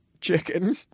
chicken